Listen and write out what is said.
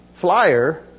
flyer